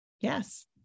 Yes